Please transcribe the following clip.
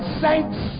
saints